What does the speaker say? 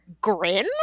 grin